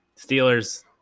Steelers